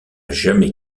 jamais